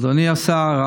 אדוני השר,